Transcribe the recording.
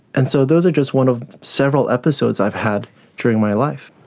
and so those are just one of several episodes i've had during my life.